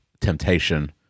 temptation